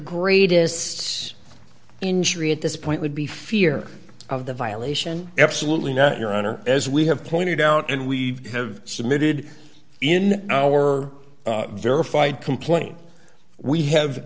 greatest says injury at this point would be fear of the violation absolutely not your honor as we have pointed out and we have submitted in our verified complaint we have